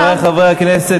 חברי חברי הכנסת,